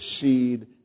seed